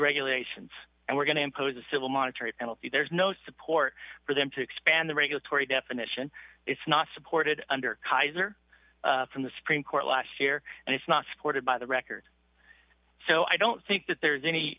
regulations and we're going to impose a civil monetary penalty there's no support for them to expand the regulatory definition it's not supported under kaiser from the supreme court last year and it's not supported by the record so i don't think that there is any